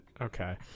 Okay